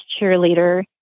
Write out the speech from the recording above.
cheerleader